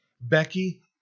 Becky